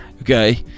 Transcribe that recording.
Okay